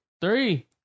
three